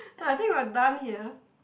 I think we are done here